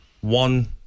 one